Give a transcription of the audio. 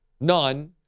none